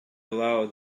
aloud